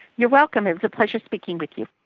you're welcome, it was a pleasure speaking with you.